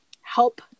help